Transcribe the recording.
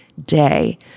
day